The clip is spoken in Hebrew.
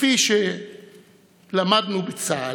כפי שלמדנו בצה"ל,